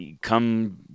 come